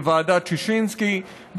לוועדת ששינסקי,